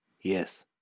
Yes